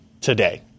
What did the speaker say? today